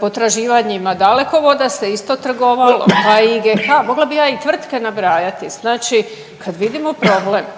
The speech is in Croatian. potraživanjima Dalekovoda se isto trgovalo, pa IGH, pa mogla bi ja i tvrtke nabrajati, znači kad vidimo problem